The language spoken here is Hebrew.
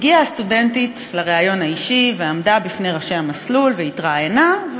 הגיעה הסטודנטית לריאיון האישי ועמדה בפני ראשי המסלול והתראיינה,